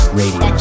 radio